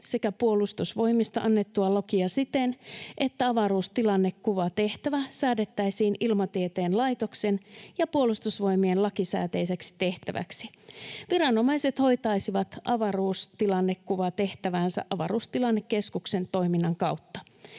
sekä Puolustusvoimista annettua lakia siten, että avaruustilannekuvatehtävä säädettäisiin Ilmatieteen laitoksen ja Puolustusvoimien lakisääteiseksi tehtäväksi. Viranomaiset hoitaisivat avaruustilannekuvatehtävänsä avaruustilannekeskuksen toiminnan kautta.